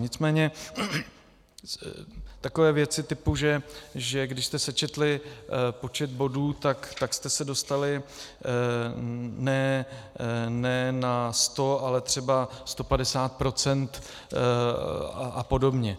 Nicméně takové věci typu, že když jste sečetli počet bodů, tak jste se dostali ne na 100, ale třeba 150 % apod.